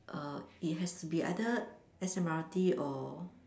err it has to be either S_M_R_T or